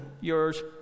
yours